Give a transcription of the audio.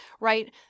right